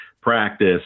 practice